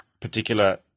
particular